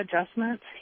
adjustments